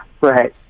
Right